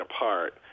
apart